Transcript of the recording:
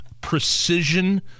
Precision